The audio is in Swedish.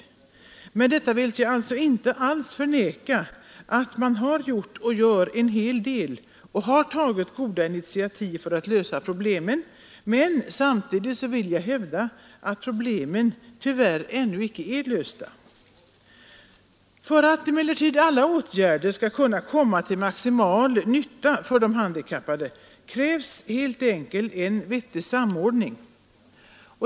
Med det sagda vill jag alltså inte alls förneka att man har gjort en hel del och tagit goda initiativ för att lösa problemen, men jag vill ändå hävda att problemen tyvärr ännu inte är lösta. För att alla åtgärder skall kunna komma till maximal nytta för de handikappade krävs helt enkelt en vettig samordning.